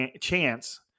chance –